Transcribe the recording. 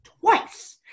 twice